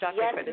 yes